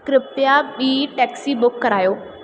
कृपया ॿी taxi book करायो